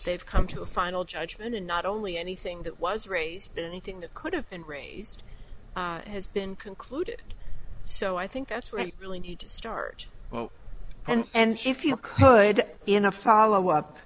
they've come to a final judgment and not only anything that was raised in anything that could have been raised has been concluded so i think that's where i really need to start and if you could in a follow up